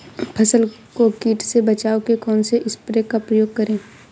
फसल को कीट से बचाव के कौनसे स्प्रे का प्रयोग करें?